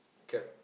cab